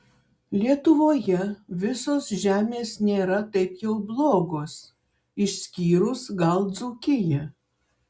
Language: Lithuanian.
lietuvoje visos žemės nėra taip jau blogos išskyrus gal dzūkiją